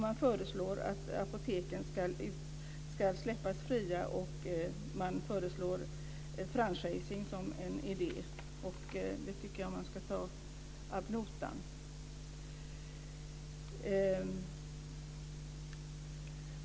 Man föreslår att apoteken ska släppas fria, och man föreslår franchising. Jag tycker att man ska ta det ad notam.